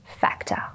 factor